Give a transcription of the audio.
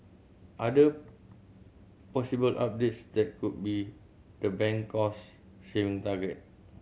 other possible updates that could be the bank cost saving target